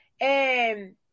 and-